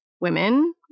women